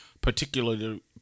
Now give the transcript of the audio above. particularly